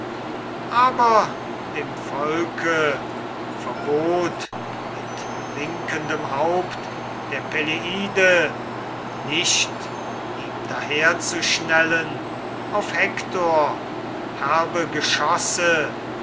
aber dem volke verbot mit winkendem haupt der peleide nicht ihm daherzuschnellen auf hektor herbe geschosse